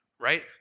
right